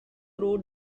wrote